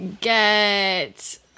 get